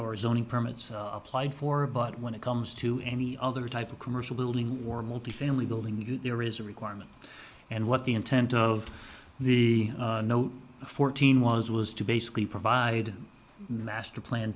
zoning permits applied for but when it comes to any other type of commercial building war multifamily building there is a requirement and what the intent of the fourteen was was to basically provide masterplan